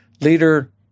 leader